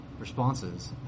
Responses